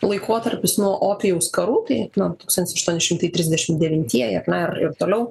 laikotarpis nuo opijaus karų tai na tūkstantis aštuoni šimtai trisdešimt devintieji ar ne ir toliau